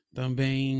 também